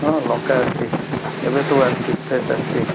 ହଁ ଲଙ୍କା ଅଛି ଏବେସବୁ ଆସିଛି ଫ୍ରେଶ୍ ଆସିଛି